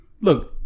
look